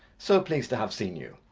so pleased to have seen you.